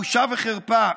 בושה וחרפה.